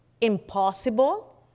impossible